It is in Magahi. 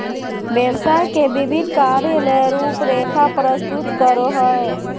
व्यवसाय के विभिन्न कार्य ले रूपरेखा प्रस्तुत करो हइ